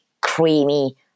creamy